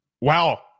wow